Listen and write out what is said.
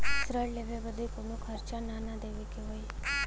ऋण लेवे बदे कउनो खर्चा ना न देवे के होई?